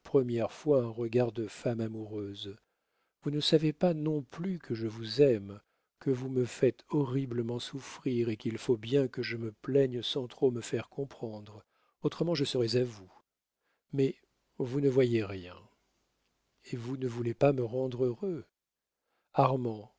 première fois un regard de femme amoureuse vous ne savez pas non plus que je vous aime que vous me faites horriblement souffrir et qu'il faut bien que je me plaigne sans trop me faire comprendre autrement je serais à vous mais vous ne voyez rien et vous ne voulez pas me rendre heureux